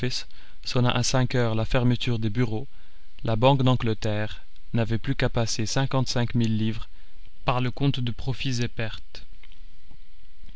à cinq heures la fermeture des bureaux la banque d'angleterre n'avait plus qu'à passer cinquante-cinq mille livres par le compte de profits et pertes